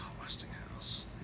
Westinghouse